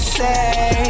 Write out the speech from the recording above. say